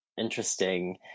interesting